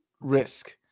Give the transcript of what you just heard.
risk